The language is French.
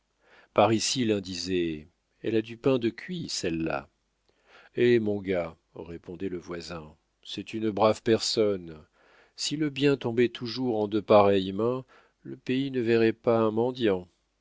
par ici l'un disait elle a du pain de cuit celle-là hé mon gars répondait le voisin c'est une brave personne si le bien tombait toujours en de pareilles mains le pays ne verrait pas un mendiant